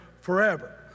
forever